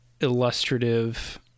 illustrative